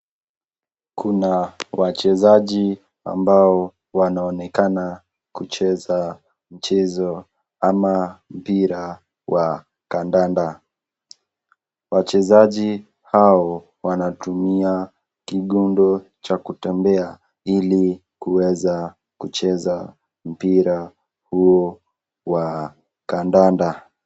Kuna wachezaji ambao wanaonekana kucheza mchezo ama mpira wa kandanda .Wachezaji hao wanatumia kigondo Cha kutembea ili kuweza kucheza mpira huo wa kandanda.